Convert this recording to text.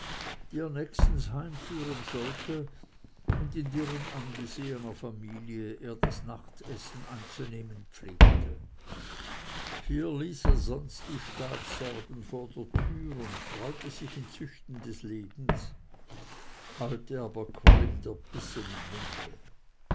die er nächstens heimführen sollte und in deren angesehener familie er das nachtessen einzunehmen pflegte hier ließ er sonst die staatssorgen vor der tür und freute sich in züchten des lebens heute aber quoll ihm der bissen im munde